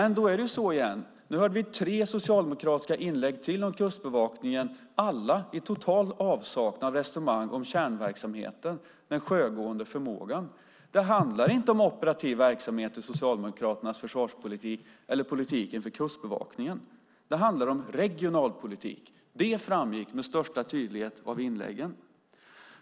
Nu hörde vi ytterligare tre socialdemokratiska inlägg om Kustbevakningen, alla i total avsaknad av resonemang om kärnverksamheten, den sjögående förmågan. Socialdemokraternas försvarspolitik, eller politiken för Kustbevakningen, handlar inte om operativ verksamhet. Det handlar om regionalpolitik. Det framgick med all önskvärd tydlighet av inläggen.